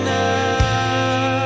now